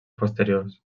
posteriors